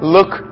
Look